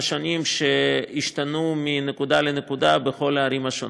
השונים שהשתנו מנקודה לנקודה בכל הערים השונות.